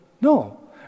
No